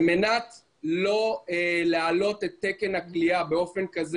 על מנת לא להעלות את תקן הכליאה באופן כזה